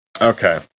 Okay